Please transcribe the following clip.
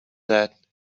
that